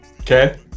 Okay